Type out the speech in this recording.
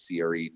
CRE